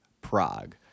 Prague